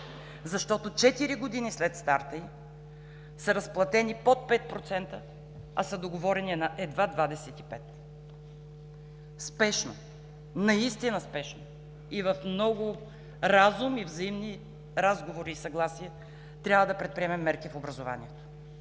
защото четири години след старта ѝ са разплатени под 5%, а са договорени едва 25. Спешно, наистина спешно, с много разум, взаимни разговори и съгласия трябва да предприемем мерки в образованието.